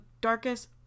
darkest